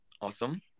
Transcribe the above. Awesome